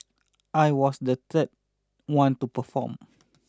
I was the third one to perform